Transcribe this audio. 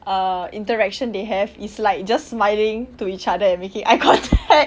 err interaction they have is like just smiling to each other and making eye contact